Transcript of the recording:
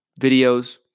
videos